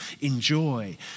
enjoy